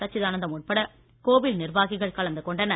சச்சிதானந்தம் உட்பட கோவில் நிர்வாகிகள் கலந்து கொண்டனர்